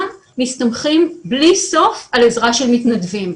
מסתמכים בלי סוף על עזרה של מתנדבים.